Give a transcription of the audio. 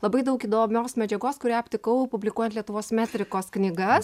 labai daug įdomios medžiagos kurią aptikau publikuojant lietuvos metrikos knygas